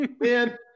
man